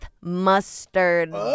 mustard